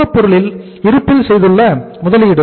மூலப்பொருளின் இருப்பில் செய்துள்ள முதலீடு